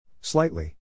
Slightly